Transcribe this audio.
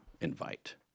invite